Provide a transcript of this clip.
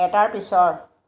এটাৰ পিছৰ